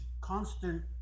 constant